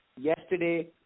yesterday